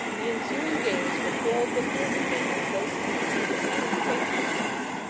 the ensuing days were filled with work demanding close attention and concentration of thought,